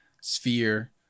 sphere